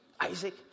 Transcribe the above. Isaac